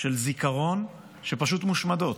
של זיכרון שפשוט מושמדות,